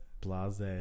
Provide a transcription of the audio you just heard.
blase